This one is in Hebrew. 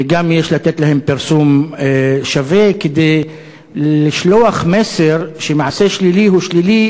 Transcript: וגם יש לתת להם פרסום שווה כדי לשלוח מסר שמעשה שלילי הוא שלילי,